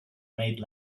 made